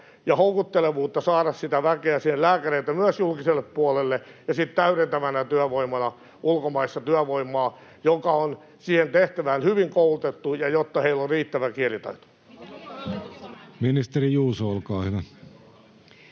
ja houkuttelevuutta saada sitä väkeä siihen, lääkäreitä myös julkiselle puolelle ja täydentävänä työvoimana ulkomaista työvoimaa, joka on siihen tehtävään hyvin koulutettu ja jolla on riittävä kielitaito. Ministeri Juuso, olkaa hyvä.